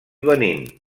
benín